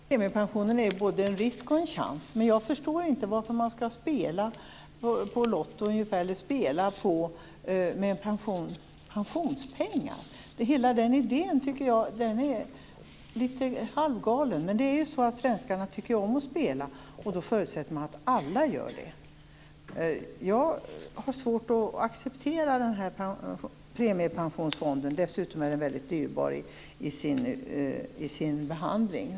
Fru talman! Det är klart att premiepensionen är både en risk och en chans. Men jag förstår inte varför man skall spela med pensionspengar som på Lotto. Hela den idén är litet halvgalen. Svenskarna tycker om att spela, och då förutsätter man att alla gör det. Jag har svårt att acceptera premiepensionsfonden. Dessutom är den väldigt dyrbar att handlägga.